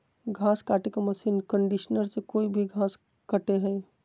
घास काटे के मशीन कंडीशनर से कोई भी घास कटे हइ